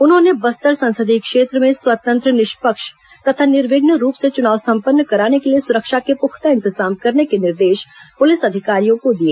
उन्होंने बस्तर संसदीय क्षेत्र में स्वतंत्र निष्पक्ष तथा निर्विघ्न रूप से चुनाव सम्पन्न कराने के लिए सुरक्षा के पुख्ता इंतजाम करने के निर्देश पुलिस अधिकारियों को दिए